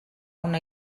una